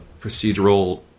procedural